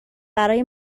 برای